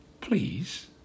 please